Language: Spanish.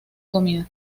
comida